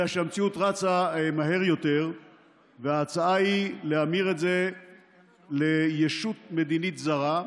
אלא שהמציאות רצה מהר יותר וההצעה היא להמיר את זה ל"ישות מדינית זרה".